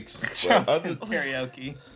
Karaoke